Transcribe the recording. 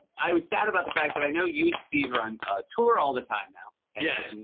i was sad about the fact that i know you and steve are on tour all the time now. yes. and